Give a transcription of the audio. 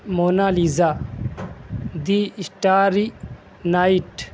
Mona Lisa the starry night